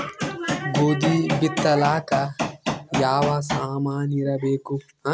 ಗೋಧಿ ಬಿತ್ತಲಾಕ ಯಾವ ಸಾಮಾನಿರಬೇಕು?